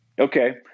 Okay